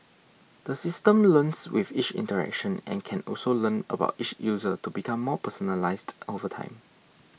the system learns with each interaction and can also learn about each user to become more personalised over time